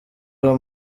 uwo